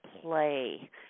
play